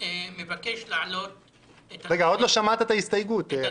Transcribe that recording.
חבר הכנסת טיבי, עוד לא שמעת את ההסתייגות.